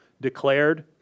declared